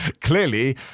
clearly